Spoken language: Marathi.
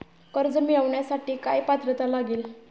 कर्ज मिळवण्यासाठी काय पात्रता लागेल?